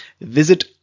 visit